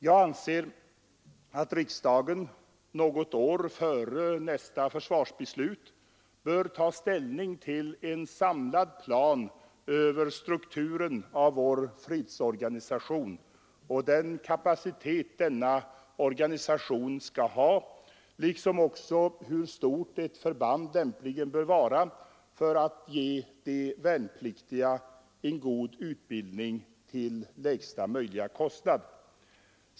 Jag anser att riksdagen något år före nästa försvarsbeslut bör ta ställning till en samlad plan över strukturen av vår fredsorganisation och den kapacitet denna organisation skall ha, liksom också hur stort ett förband lämpligen bör vara för att ge de värnpliktiga en god utbildning till lägsta möjliga kostnad.